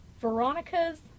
Veronica's